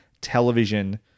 television